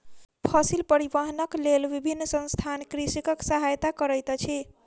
फसिल परिवाहनक लेल विभिन्न संसथान कृषकक सहायता करैत अछि